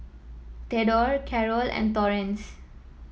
Thedore Carol and Torrence